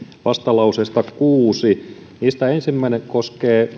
vastalauseesta kuudes niistä ensimmäinen koskee